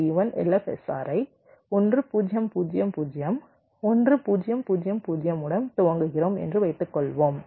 LFSR ஐ 1 0 0 0 1 0 0 0 உடன் துவக்குகிறோம் என்று வைத்துக்கொள்வோம்